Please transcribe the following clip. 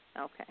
Okay